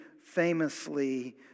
famously